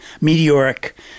Meteoric